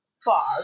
Far